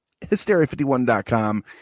Hysteria51.com